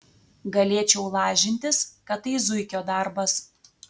galėčiau lažintis kad tai zuikio darbas